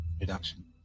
reduction